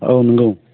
औ नंगौ